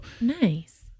Nice